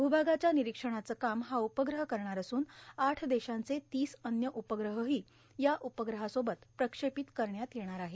भूभागाच्या निरोक्षणाचं काम हा उपग्रह करणार असून आठ देशांचे तीस अन्य उपग्रहर्हो या उपग्रहासोबत प्रक्षोपत करण्यात येणार आहेत